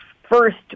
first